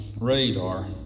radar